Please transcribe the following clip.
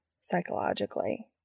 psychologically